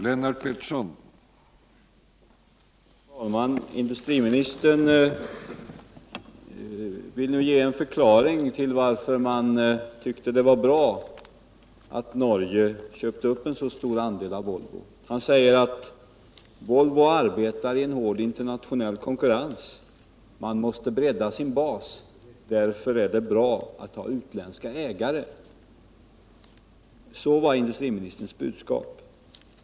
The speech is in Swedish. Herr talman! Industriministern vill nu ge en förklaring till varför man tyckte att det var bra att Norge köpte upp en så stor andel av Volvo. Han säger att Volvo arbetar i en hård internationell konkurrens och måste bredda sin bas och att det därför är bra att ha utländska ägare. Så löd industriministerns budskap.